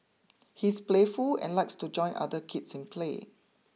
he's playful and likes to join other kids in play